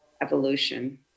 evolution